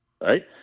right